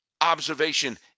observation